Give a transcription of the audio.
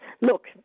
Look